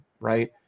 right